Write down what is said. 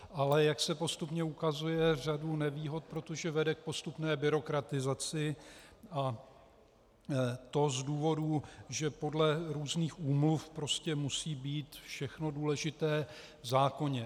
Ale jak se postupně ukazuje, řadu nevýhod, protože vede k postupné byrokratizaci, a to z důvodů, že podle různých úmluv prostě musí být všechno důležité v zákoně.